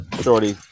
shorty